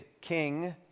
king